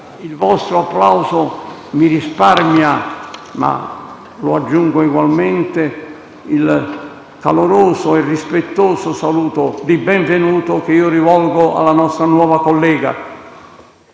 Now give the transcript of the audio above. Il vostro applauso mi risparmia - ma lo aggiungo egualmente - il caloroso e rispettoso saluto di benvenuto che rivolgo alla nostra nuova collega.